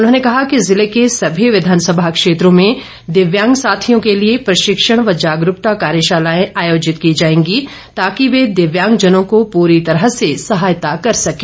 उन्होंने कहा कि जिले के सभी विधानसभा क्षेत्रों में दिव्यांग साथियों के लिए प्रशिक्षण व जागरूकता कार्यशालाएं आयोजित की जाएंगी ताकि वे दिव्यांगजनों की पूरी तरह से सहायता कर सकें